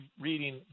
reading